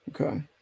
Okay